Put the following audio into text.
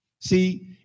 See